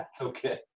okay